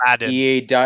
EA